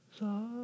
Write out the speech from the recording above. Love